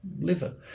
liver